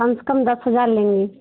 कम से कम दस हज़ार लेंगे